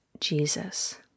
Jesus